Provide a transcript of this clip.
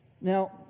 Now